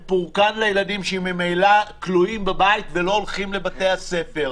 והם פורקן לילדים שממילא כלואים בבית ולא הולכים לבתי הספר.